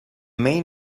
main